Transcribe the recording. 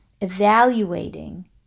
evaluating